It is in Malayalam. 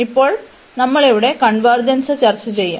ഇപ്പോൾ നമ്മൾ ഇവിടെ കൺവെർജെൻസ് ചർച്ച ചെയ്യും